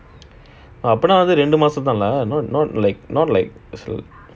அப்பனா அது ரெண்டு மாசம் தான் ல:appana athu rendu maasam thaan la not not like not like